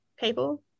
people